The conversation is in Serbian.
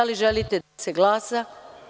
Da li želite da se glasa?